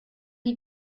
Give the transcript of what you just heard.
die